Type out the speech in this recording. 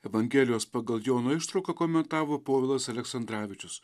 evangelijos pagal joną ištrauką komentavo povilas aleksandravičius